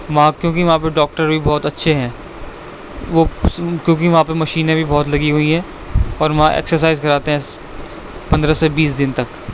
وہاں کیوںکہ وہاں پہ ڈاکٹر بھی بہت اچھے ہیں وہ کیوںکہ وہاں پہ مشینیں بھی بہت لگی ہوئی ہیں اور وہاں ایکسرسائز کراتے ہیں پندرہ سے بیس دن تک